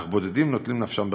אך בודדים נוטלים נפשם בכפם.